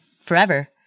forever